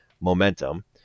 momentum